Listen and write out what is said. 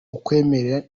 ukwemera